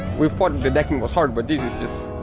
we've thought the decking was hard but this is just.